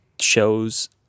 shows